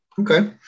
Okay